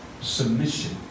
Submission